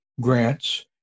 grants